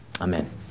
Amen